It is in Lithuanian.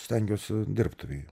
stengiuosi dirbtuvėj